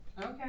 Okay